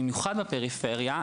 במיוחד בפריפריה,